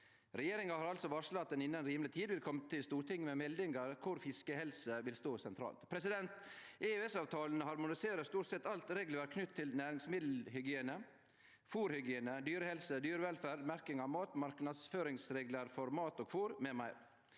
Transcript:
Regjeringa har varsla at ho innan rimeleg tid vil kome til Stortinget med meldingar der fiskehelse vil stå sentralt. EØS-avtalen harmoniserer stort sett alt regelverk knytt til næringsmiddelhygiene, fôrhygiene, dyrehelse, dyrevelferd, merking av mat, marknadsføringsreglar for mat og fôr m.m.